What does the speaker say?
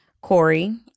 Corey